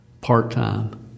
part-time